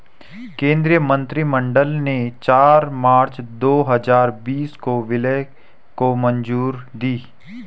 केंद्रीय मंत्रिमंडल ने चार मार्च दो हजार बीस को विलय को मंजूरी दी